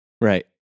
right